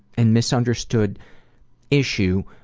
and misunderstood issue.